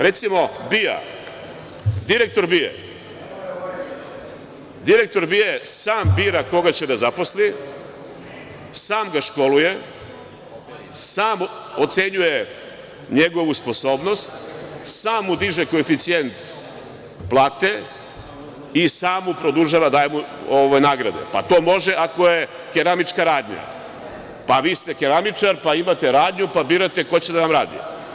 Recimo, BIA, direktor BIA sam bira koga će da zaposli, sam ga školuje, sam ocenjuje njegovu sposobnost, sam mu diže koeficijent plate i sam mu produžava, daje mu nagrade, a to može ako je keramička radnja, pa vi ste keramičar, pa imate radnju, pa birate ko će da vam radi.